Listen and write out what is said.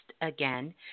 again